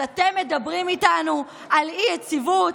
אז אתם מדברים איתנו על אי-יציבות,